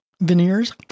veneers